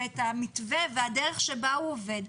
ואת המתווה ואת הדרך שבה זה עובד,